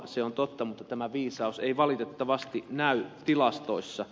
se on totta mutta tämä viisaus ei valitettavasti näy tilastoissa